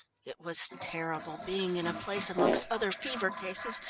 it was terrible being in a place amongst other fever cases,